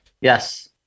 Yes